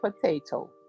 potato